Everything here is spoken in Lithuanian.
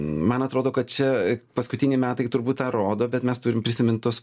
man atrodo kad čia paskutiniai metai turbūt tą rodo bet mes turim prisimint tuos